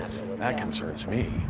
that concerns me.